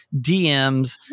DMs